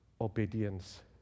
obedience